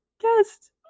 guest